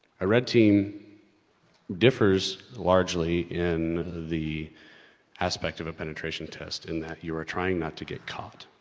a red team differs largely in the aspect of a penetration test in that you're trying not to get caught.